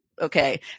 Okay